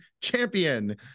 champion